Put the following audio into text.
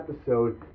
episode